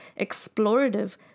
explorative